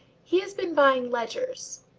he has been buying ledgers,